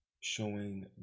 showing